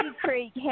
Creek